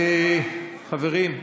חברים,